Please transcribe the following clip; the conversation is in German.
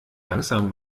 langsam